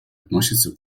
относятся